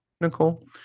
Nicole